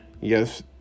Yes